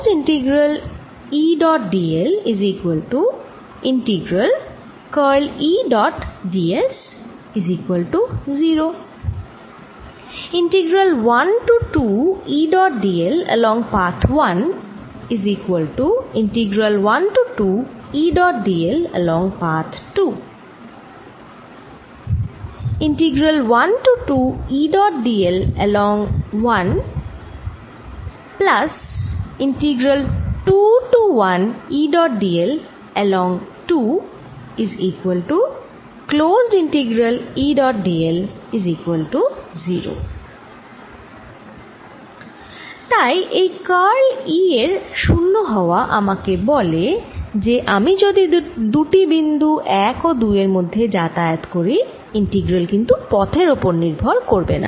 তাই এই curl E এর 0 হওয়া আমাকে বলে যে আমি যদি দুটি বিন্দু 1 ও 2 এর মধ্যে যাতায়াত করি ইন্টিগ্রাল কিন্তু পথের ওপর নির্ভর করবে না